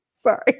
Sorry